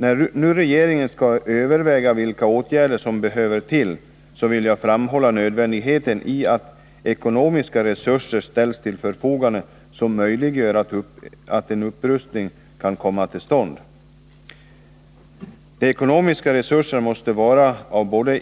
När regeringen skall överväga vilka åtgärder som behöver vidtas är det nödvändigt att ekonomiska resurser ställs till förfogande som möjliggör att en upprustning kan komma till stånd. De ekonomiska resurserna måste vara av